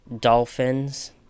Dolphins